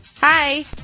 Hi